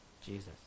Jesus